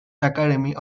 academy